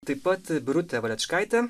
taip pat birutė valečkaitė